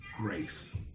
grace